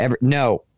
No